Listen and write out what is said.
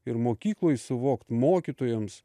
ir mokykloj suvokt mokytojams